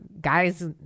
guys